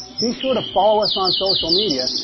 be sure to follow us on social media,